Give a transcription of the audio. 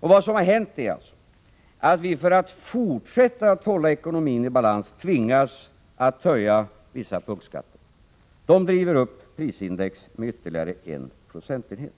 Vad som har hänt är alltså att vi för att fortsätta hålla ekonomin i balans tvingas att höja vissa punktskatter. De driver upp prisindex med ytterligare en procentenhet.